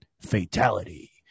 Fatality